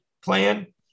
plan